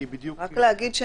כי בדיוק --- רק להגיד,